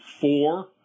four